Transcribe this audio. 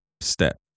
step